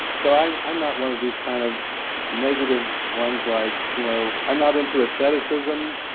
so i'm i'm not one of these kind of negative ones, like you know i'm not into aestheticism,